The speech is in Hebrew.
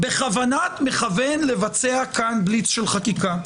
בכוונת מכוון לבצע פה בליץ של חקיקה.